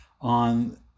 on